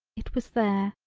it was there.